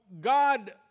God